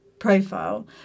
profile